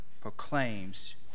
proclaims